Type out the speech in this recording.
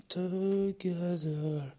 together